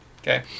Okay